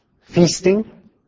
feasting